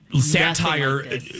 satire